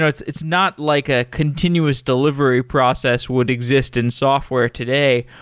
it's it's not like a continuous delivery process would exist in software today.